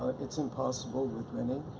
it's impossible with many.